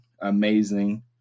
amazing